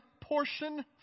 portion